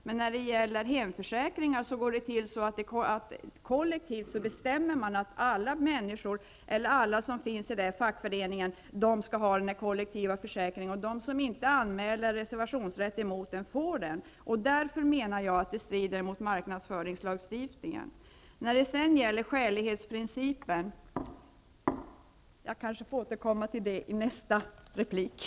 Men när det gäller dessa hemförsäkringar bestäms att alla som tillhör en fackförening skall ha en kollektiv försäkring, och de som inte anmäler reservation mot detta får den. Jag menar att detta strider mot marknadsföringslagstiftningen. Jag får kanske återkomma till skälighetsprincipen i mitt nästa inlägg.